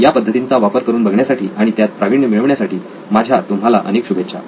या पद्धतींचा वापर करून बघण्यासाठी आणि त्यात प्रावीण्य मिळवण्यासाठी माझ्या तुम्हाला अनेक शुभेच्छा